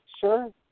Sure